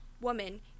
woman